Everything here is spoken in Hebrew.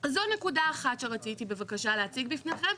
זו נקודה אחת שרציתי בבקשה להציג בפניכם,